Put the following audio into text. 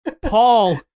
Paul